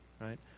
right